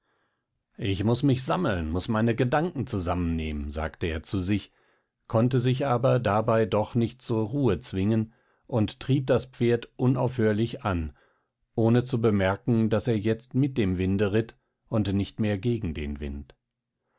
ich muß mich sammeln muß meine gedanken zusammennehmen sagte er zu sich konnte sich aber dabei doch nicht zur ruhe zwingen und trieb das pferd unaufhörlich an ohne zu bemerken daß er jetzt mit dem winde ritt und nicht mehr gegen den wind